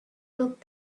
book